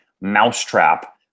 mousetrap